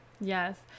Yes